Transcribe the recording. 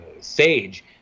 sage